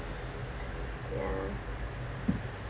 ya